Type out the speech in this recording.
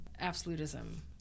absolutism